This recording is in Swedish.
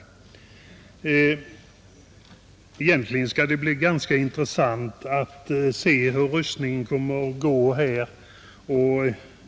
Egentligen skall det bli ganska intressant att se hur röstningen kommer att gå här.